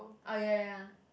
oh ya ya